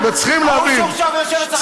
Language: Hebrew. ההוא שהורשע ויושב אצלכם בממשלה?